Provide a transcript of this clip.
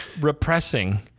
repressing